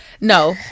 no